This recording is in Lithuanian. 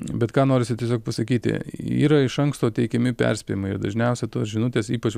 bet ką norisi tiesiog pasakyti yra iš anksto teikiami perspėjimai ir dažniausia tos žinutės ypač